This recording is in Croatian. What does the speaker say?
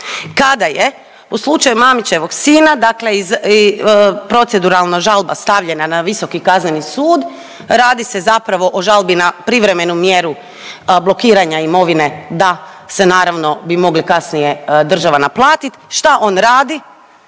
kada je u slučaju Mamićevog sina, dakle proceduralno žalba stavljena na Visoki kazneni sud, radi se zapravo o žalbi na privremenu mjeru blokiranja imovine da se naravno bi mogli kasnije država naplatit, šta on radi?